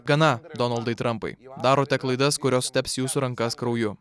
gana donaldai trampai darote klaidas kurios teps jūsų rankas krauju